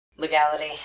Legality